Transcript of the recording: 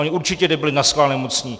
Oni určitě nebyli naschvál nemocní.